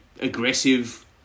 aggressive